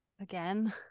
Again